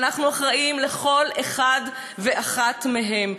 ואנו אחראים לכל אחד ואחת מהם.